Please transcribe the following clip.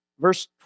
Verse